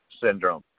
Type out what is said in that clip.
syndrome